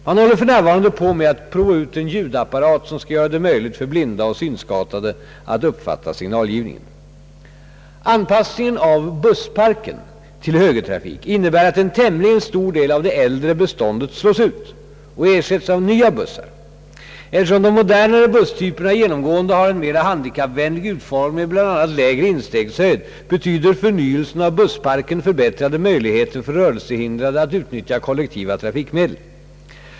Man håller för närvarande på med att prova ut en ljud-apparat, som skall göra det möjligt för blinda och synskadade att uppfatta signalgivningen. Anpassningen av bussparken till högertrafik innebär att en tämligen stor del av det äldre beståndet slås ut och ersätts med nya bussar. Eftersom de modernare busstyperna genomgående har en mera handikappvänlig utformning med bl.a. lägre instegshöjd, betyder förnyelsen av bussparken förbättrade möjligheter för rörelsehindrade att utnyttja kollektiva trafikmedel.